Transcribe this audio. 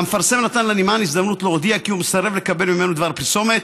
והמפרסם נתן לנמען הזדמנות להודיע כי הוא מסרב לקבל ממנו דבר פרסומת,